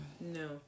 No